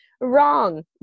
wrong